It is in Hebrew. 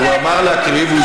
הוא אמר "להקריב" תודה רבה.